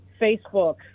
Facebook